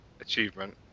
achievement